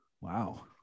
Wow